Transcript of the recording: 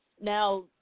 Now